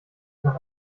nach